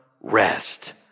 rest